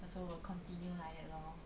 also will continue like that lor